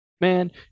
Man